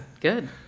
Good